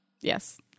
yes